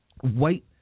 white